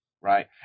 Right